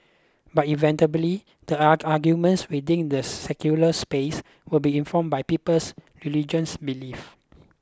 but inevitably the arguments within the secular space will be informed by people's religious beliefs